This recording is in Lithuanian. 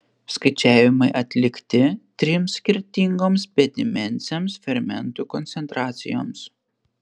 skaičiavimai atlikti trims skirtingoms bedimensėms fermentų koncentracijoms